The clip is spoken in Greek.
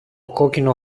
κόκκινο